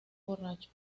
borracho